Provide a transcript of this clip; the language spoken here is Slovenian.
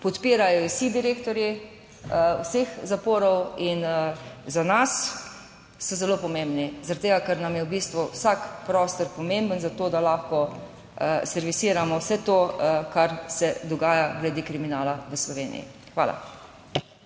Podpirajo vsi direktorji vseh zaporov. In za nas so zelo pomembni, zaradi tega, ker nam je v bistvu vsak prostor pomemben za to, da lahko servisiramo vse to, kar se dogaja glede kriminala v Sloveniji. Hvala.